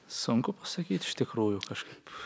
sunku pasakyt iš tikrųjų kažkaip